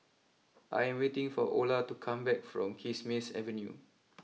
I am waiting for Ola to come back from Kismis Avenue